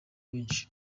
benshi